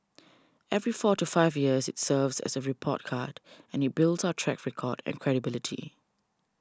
every four to five years it serves as a report card and it builds our track record and credibility